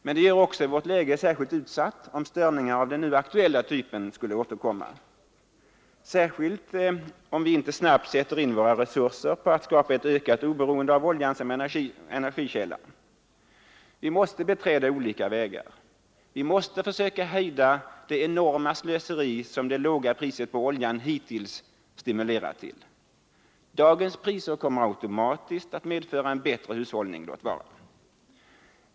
Men det gör också vårt läge särskilt utsatt, om störningar av den nu aktuella typen skulle återkomma, särskilt om vi inte snabbt sätter in våra resurser på att skapa ett ökat oberoende av oljan som energikälla. Vi måste beträda olika vägar. Vi måste försöka hejda det enorma slöseri som det låga priset på oljan hittills stimulerat till — dagens priser kommer automatiskt att medföra en bättre hushållning.